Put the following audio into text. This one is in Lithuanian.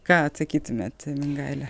ką atsakytumėt mingaile